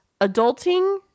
adulting